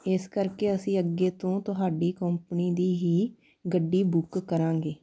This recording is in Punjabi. ਇਸ ਕਰਕੇ ਅਸੀਂ ਅੱਗੇ ਤੋਂ ਤੁਹਾਡੀ ਕੰਪਨੀ ਦੀ ਹੀ ਗੱਡੀ ਬੁੱਕ ਕਰਾਂਗੇ